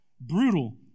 brutal